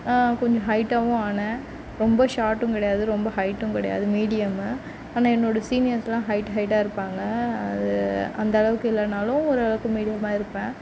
கொஞ்சம் ஹைட்டாகவும் ஆனேன் ரொம்ப ஷார்ட்டும் கிடையாது ரொம்ப ஹைட்டும் கிடையாது மீடியம்மு ஆனால் என்னோடய சீனியர்ஸெல்லாம் ஹைட்டு ஹைட்டாக இருப்பாங்க அது அந்த அளவுக்கு இல்லைனாலும் ஒரு அளவுக்கு மீடியமாக இருப்பேன்